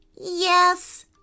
Yes